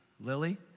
Lily